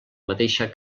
mateixa